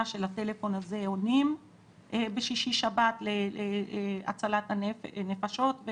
שלטלפון הזה עונים בשישי שבת להצלת נפשות,